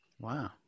Wow